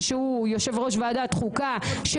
הבהרתי שיירשם לפרוטוקול שלא